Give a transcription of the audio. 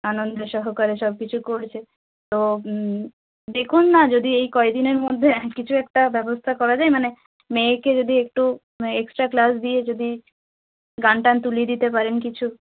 আনন্দ সহকারে সবকিছু করছে তো দেখুন না যদি এই কয়দিনের মধ্যে কিছু একটা ব্যবস্থা করা যায় মানে মেয়েকে যদি একটু মানে এক্সট্রা ক্লাস দিয়ে যদি গান টান তুলিয়ে দিতে পারেন কিছু